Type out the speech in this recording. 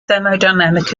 thermodynamic